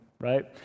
right